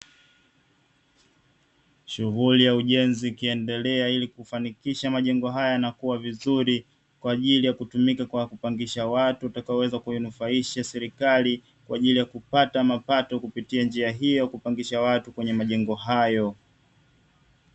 Shughuli ya ujenzi ikiendelea ili kufanikisha majengo haya yanakuwa vizuri kwa ajili ya kutumika kupangisha watu watakaoweza kuinufaisha serikali kwa ajili ya kupata mapato kupitia njia hii ya kupangisha watu kwenye majengo hayo.